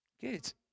Good